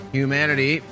humanity